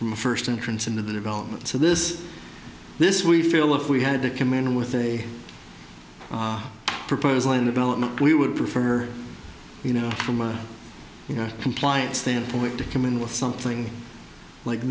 from a first entrance into the development so this this we feel if we had a command with a proposal and development we would prefer you know from a you know compliance standpoint to come in with something like